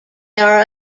are